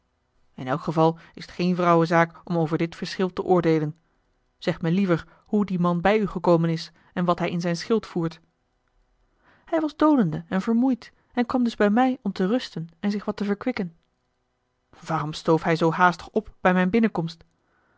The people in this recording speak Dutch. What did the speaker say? in elk geval is t geene vrouwenzaak om over dit verschil te oordeelen zeg me liever hoe die man bij u gekomen is en wat hij in zijn schild voert hij was dolende en vermoeid en kwam dus bij mij om te rusten en zich wat te verkwikken waarom stoof hij zoo haastig op bij mijne binnenkomst